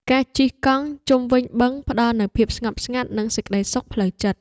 ការជិះកង់ជុំវិញបឹងផ្ដល់នូវភាពស្ងប់ស្ងាត់ និងសេចក្ដីសុខផ្លូវចិត្ត។